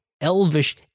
Elvish